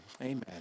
amen